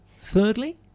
Thirdly